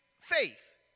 faith